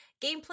Gameplay